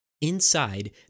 Inside